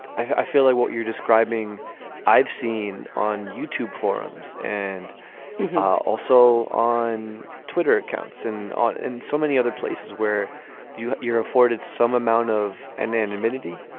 i feel like what you're describing i've seen on youtube forums and yeah also on twitter accounts and in so many other places where you you're afforded some amount of and then timidity.